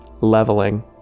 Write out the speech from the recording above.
Leveling